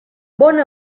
bona